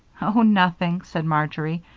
oh, nothing, said marjory.